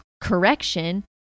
correction